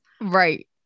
right